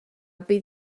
bydd